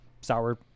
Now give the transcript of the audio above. sour –